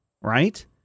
right